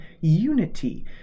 unity